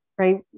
Right